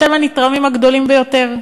אתם הנתרמים הגדולים ביותר.